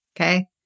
Okay